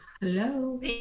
Hello